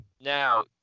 Now